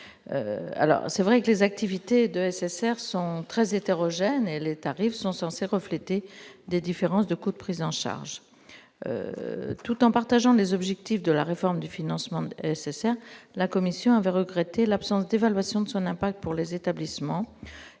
réadaptation. Ces activités sont très hétérogènes, et les tarifs sont censés refléter des différences de coûts de prise en charge. Tout en partageant les objectifs de la réforme du financement des SSR, la commission avait regretté l'absence d'évaluation de ses effets sur les établissements.